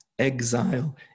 Exile